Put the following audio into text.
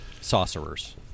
Sorcerers